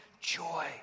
joy